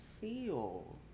feel